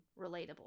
relatable